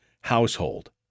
household